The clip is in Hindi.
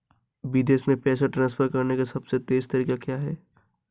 विदेश में पैसा ट्रांसफर करने का सबसे तेज़ तरीका क्या है?